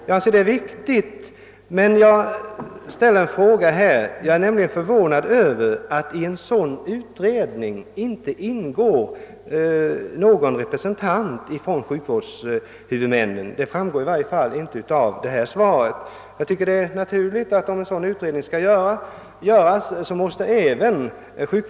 Jag anser detta vara riktigt, men jag är förvånad över att det i denna utredning inte ingår någon representant för sjukvårdshuvudmännen; det framgår i varje fall inte av svaret att så skulle vara fallet.